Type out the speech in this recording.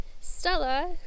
Stella